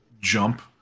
jump